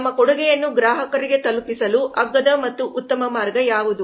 ನಮ್ಮ ಕೊಡುಗೆಯನ್ನು ಗ್ರಾಹಕರಿಗೆ ತಲುಪಿಸಲು ಅಗ್ಗದ ಮತ್ತು ಉತ್ತಮ ಮಾರ್ಗ ಯಾವುದು